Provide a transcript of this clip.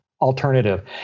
alternative